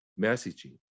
messaging